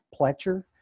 Pletcher